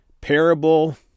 Parable